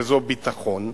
וזו ביטחון,